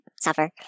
suffer